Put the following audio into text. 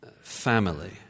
Family